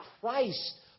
Christ